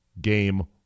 game